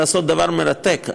לעשות דבר מרתק,